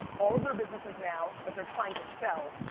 all of their businesses now, that they're trying to sell,